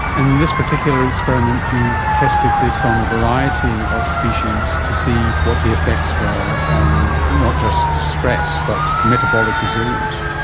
and in this particular experiment you tested this on a variety of species to see what the effects were on not just stress but metabolic resilience.